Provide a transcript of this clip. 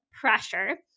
pressure